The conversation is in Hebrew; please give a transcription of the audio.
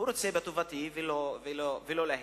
ולא להיפך.